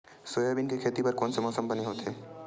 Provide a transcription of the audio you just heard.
Soybean के खेती बर कोन से मौसम बने होथे?